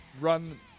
run